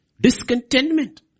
Discontentment